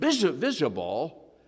visible